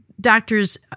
doctors